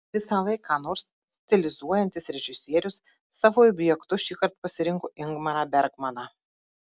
visąlaik ką nors stilizuojantis režisierius savo objektu šįkart pasirinko ingmarą bergmaną